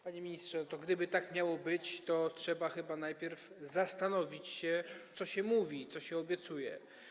Panie ministrze, gdyby tak miało być, to trzeba chyba najpierw zastanowić się, co się mówi, co się obiecuje.